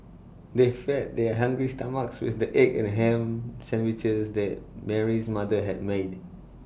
they fed their hungry stomachs with the egg and Ham Sandwiches that Mary's mother had made